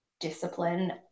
discipline